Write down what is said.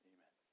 Amen